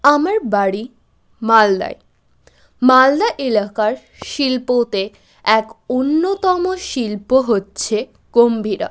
আমার বাড়ি মালদায় মালদা এলাকার শিল্পতে এক অন্যতম শিল্প হচ্ছে গম্ভীরা